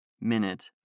minute